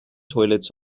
toilets